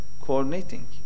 coordinating